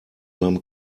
beim